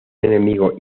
enemigo